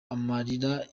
amarira